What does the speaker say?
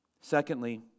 Secondly